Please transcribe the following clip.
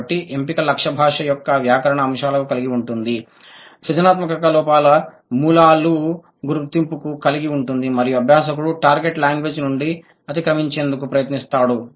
కాబట్టి ఎంపిక లక్ష్య భాష యొక్క వ్యాకరణ అంశాలను కలిగి ఉంటుంది సృజనాత్మకత లోపాల మూలాల గుర్తింపును కలిగి ఉంటుంది మరియు అభ్యాసకుడు టార్గెట్ లాంగ్వేజ్ నుండి అతిక్రమించేందుకు ప్రయత్నిస్తాడు